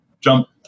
jump